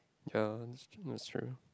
ya that's that's true